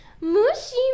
Mushy